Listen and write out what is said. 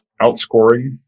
outscoring